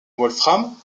wolfram